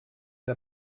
n’a